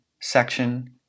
section